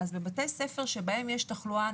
בבתי ספר בהם תחלואה,